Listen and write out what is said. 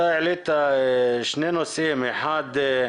אתה העלית שני נושאים, אחד,